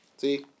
See